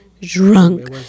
drunk